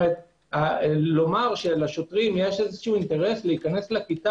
לומר שלשוטרים יש אינטרס להיכנס לכיתה